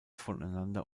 voneinander